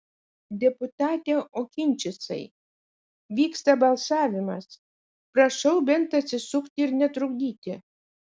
deputate okinčicai vyksta balsavimas prašau bent atsisukti ir netrukdyti